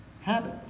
Habit